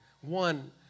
One